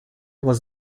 was